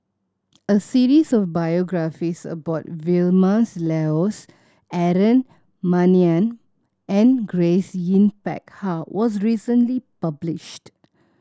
a series of biographies about Vilma Laus Aaron Maniam and Grace Yin Peck Ha was recently published